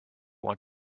want